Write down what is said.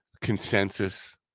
consensus